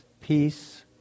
peace